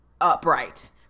upright